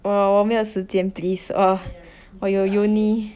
我没有时间 please !woah! 我有 uni